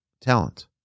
talent